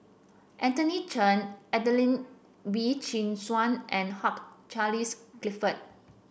Anthony Chen Adelene Wee Chin Suan and Hugh Charles Clifford